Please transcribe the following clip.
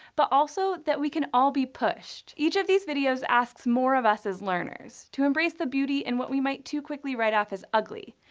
but also that we can all be pushed. each of these videos asks more of us as learners. to embrace the beauty in what we might too quickly write-off as ugly,